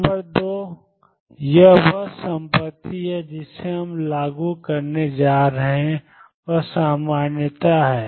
number 2 यह वह संपत्ति है जिसे हम लागू करने जा रहे हैं वह सामान्यता है